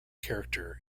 character